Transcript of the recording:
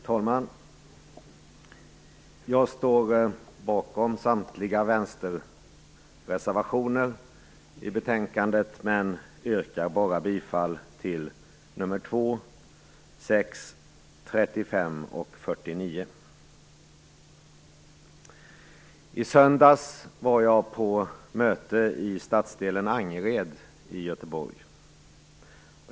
Fru talman! Jag står bakom samtliga vänsterreservationer till betänkandet men yrkar bifall bara till nr I söndags var jag på möte i stadsdelen Angered i Göteborg.